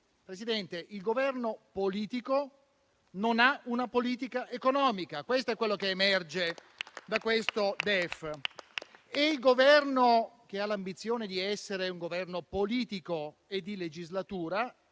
Presidente, il Governo politico non ha una politica economica. Questo è quello che emerge da questo DEF. Il Governo che ha l'ambizione di essere un Governo politico e di legislatura